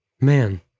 Man